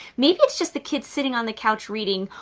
maybe it's just the kids sitting on the couch reading.